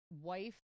wife